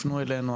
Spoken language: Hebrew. תפנו אלינו,